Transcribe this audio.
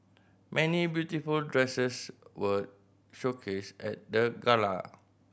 many beautiful dresses were showcased at the gala